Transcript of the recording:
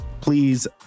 please